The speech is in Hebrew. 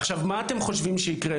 עכשיו, מה אתם חושבים שיקרה?